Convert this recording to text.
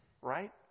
right